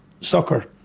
soccer